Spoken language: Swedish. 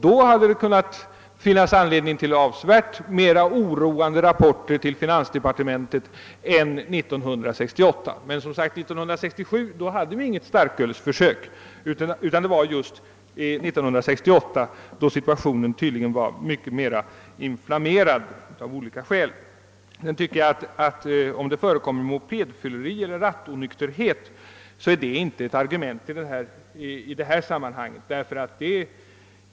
Då hade det kunnat finnas anledning till åtskilligt mera oroande rapporter till finansdepartementet än 1968. år 1967 hade vi emellertid inget starkölsförsök, och situationen var tydligen av olika skäl mycket mera inflammerad år 1968. Att det förekommer mopedfylleri eller rattonykterhet tycker jag vidare inte är något argument att föra fram i detta sammanhang.